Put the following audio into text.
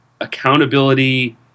accountability